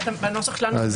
בנוסח שלנו זה